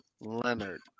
Leonard